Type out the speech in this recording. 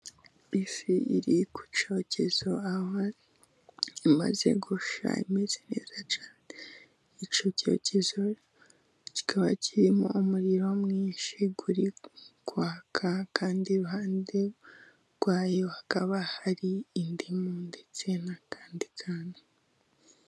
Ifi iri ku cyocyezo aho imaze gushya imeze neza cyane, icyo cyocyezo kikaba kirimo umuriro mwinshi uri kwaka kandi iruhande rwayo hakaba hari indi ndetse n'akandi kantu.